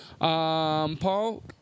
Paul